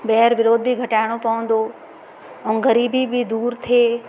वेरु विरोध बि घटाइणो पवंदो ऐं ग़रीबी बि दूरि थिए